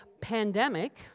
pandemic